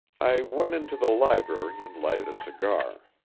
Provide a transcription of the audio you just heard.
i went into the library and lighted a cigar.